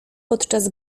podczas